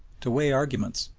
to weigh arguments,